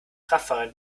kraftfahrer